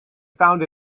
found